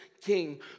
king